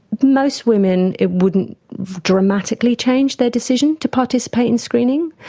most women, it wouldn't dramatically change their decision to participate in screening,